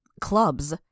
clubs